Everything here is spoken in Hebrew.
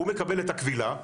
הוא מקבל את הקבילה,